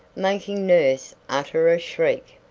making nurse utter a shriek,